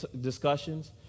discussions